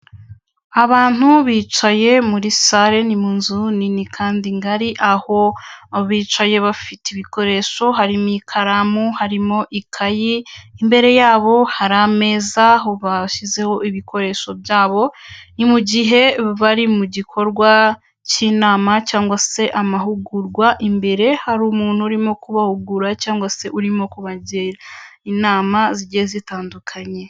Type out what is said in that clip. Abantu bicaye muri sale ni mu nzu nini kandi ngari, aho bicaye bafite ibikoresho harimo ikaramu, harimo ikayi, imbere yabo hari ameza bashyizeho ibikoresho byabo, ni mu gihe bari mu gikorwa cy'inama cyangwa se amahugurwa, imbere hari umuntu urimo kubahugura cyangwa se urimo kubagira inama zigiye zitandukanye.